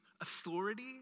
Authority